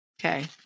Okay